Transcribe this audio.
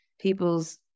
people's